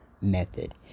method